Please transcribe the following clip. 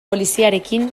poliziarekin